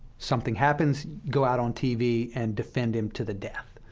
something happens, go out on tv and defend him to the death,